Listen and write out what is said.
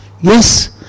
Yes